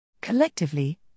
Collectively